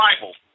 Bible